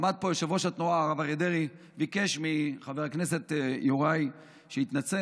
עמד פה יושב-ראש התנועה הרב אריה דרעי וביקש מחבר הכנסת יוראי שיתנצל,